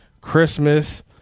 Christmas